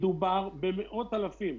ומדובר במאות אלפים.